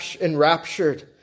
enraptured